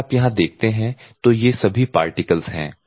अगर आप यहां देखते हैं तो ये सभी पार्टिकल्स हैं